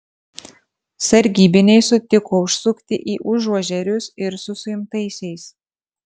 sargybiniai sutiko užsukti į užuožerius ir su suimtaisiais